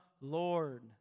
Lord